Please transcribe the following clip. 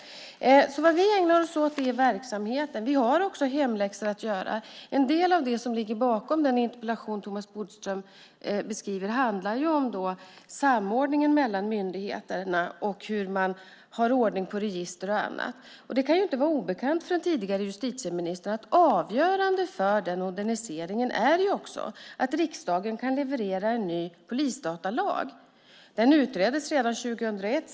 Vi ägnar oss åt verksamheten. Vi har också hemläxor att göra. En del av det som ligger bakom den interpellation Thomas Bodström beskriver handlar om samordningen mellan myndigheterna och hur man har ordning på register och annat. Det kan inte vara obekant för en tidigare justitieminister att avgörande för den moderniseringen är att riksdagen kan leverera en ny polisdatalag. Den utreddes redan 2001.